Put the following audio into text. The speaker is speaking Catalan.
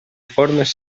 formes